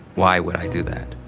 why would i do that?